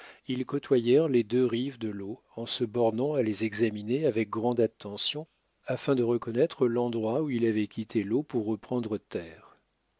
ils côtoyèrent les deux rives de l'eau en se bornant à les examiner avec grande attention afin de reconnaître l'endroit où il avait quitté l'eau pour reprendre terre